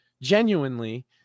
genuinely